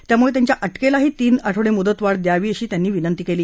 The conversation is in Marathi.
त्यामुळे त्यांच्या अटकेलाही तीन आठवडे मुदतवाढ द्यावी अशी विनंती केली